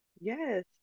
Yes